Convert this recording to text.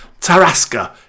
Tarasca